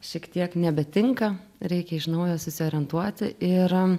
šiek tiek nebetinka reikia iš naujo susiorientuoti ir